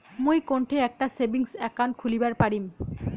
মুই কোনঠে একটা সেভিংস অ্যাকাউন্ট খুলিবার পারিম?